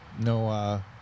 No